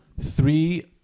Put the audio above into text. three